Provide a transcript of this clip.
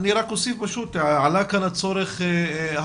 אני רק אוסיף ואומר שעלה כאן הצורך המאוד